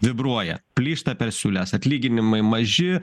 vibruoja plyšta per siūles atlyginimai maži